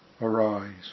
Arise